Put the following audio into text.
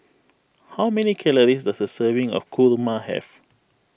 how many calories does a serving of kurma have